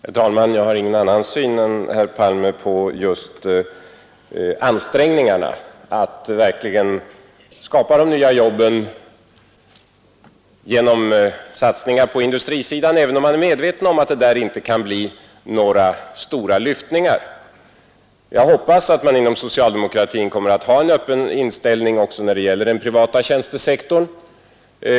Herr talman! Jag har ingen annan syn än herr Palme på just ansträngningarna att skapa de nya jobben genom satsningar på industriområdet, även om vi är medvetna om att det där inte kan bli några stora sysselsättningsökningar. Jag hoppas att man inom socialdemokratin kommer att ha en öppen inställning också när det gäller den privata tjänstesektorn.